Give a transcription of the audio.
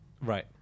right